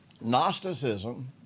Gnosticism